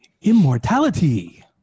Immortality